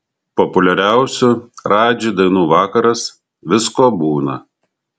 populiariausių radži dainų vakaras visko būna